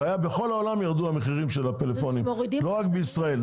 בכל העולם ירדו המחירים של הפלאפונים ולא רק בישראל.